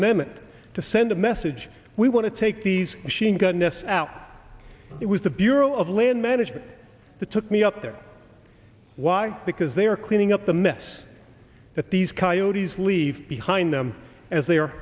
amendment to send a message we want to take these machine gun nests out it was the bureau of land management that took me up there why because they are cleaning up the mess that these coyote's leave behind them as they are